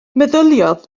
meddyliodd